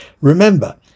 Remember